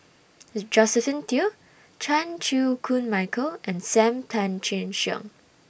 Josephine Teo Chan Chew Koon Michael and SAM Tan Chin Siong